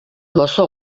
gozo